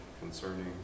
concerning